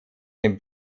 dem